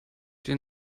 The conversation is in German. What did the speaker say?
die